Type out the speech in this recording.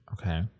okay